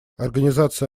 организация